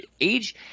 age